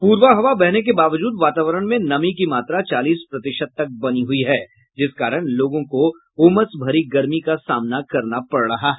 पूरवा हवा बहने के बावजूद वातावरण में नमी की मात्रा चालीस प्रतिशत तक बनी हुयी है जिस कारण लोगों को उमस भरी गर्मी का सामना करना पड़ रहा है